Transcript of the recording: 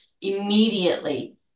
Immediately